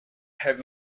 have